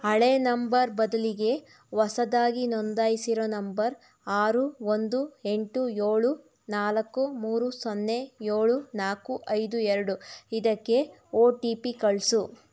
ಹಳೆಯ ನಂಬರ್ ಬದಲಿಗೆ ಹೊಸದಾಗಿ ನೋಂದಾಯಿಸಿರೋ ನಂಬರ್ ಆರು ಒಂದು ಎಂಟು ಏಳು ನಾಲ್ಕು ಮೂರು ಸೊನ್ನೆ ಏಳು ನಾಲ್ಕು ಐದು ಎರಡು ಇದಕ್ಕೆ ಒ ಟಿ ಪಿ ಕಳಿಸು